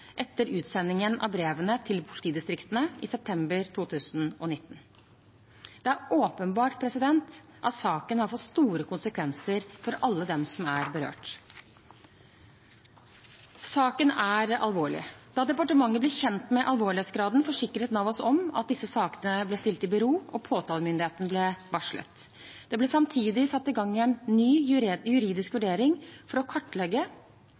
etter utsendingen av brevene til politidistriktene i september 2019. Det er åpenbart at saken har fått store konsekvenser for alle dem som er berørt. Saken er alvorlig. Da departementet ble kjent med alvorlighetsgraden, forsikret Nav oss om at disse sakene ble stilt i bero, og påtalemyndigheten ble varslet. Det ble samtidig satt i gang en ny juridisk vurdering for å